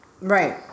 Right